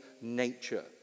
nature